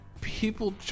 people